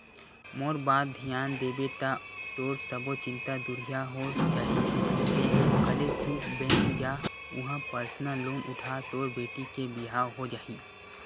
मोर बात धियान देबे ता तोर सब्बो चिंता दुरिहा हो जाही तेंहा कले चुप बेंक जा उहां परसनल लोन उठा तोर बेटी के बिहाव हो जाही